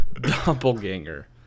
Doppelganger